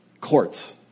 courts